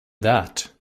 that